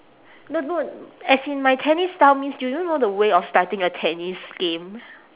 no no as in my tennis style means do you know the way of starting a tennis game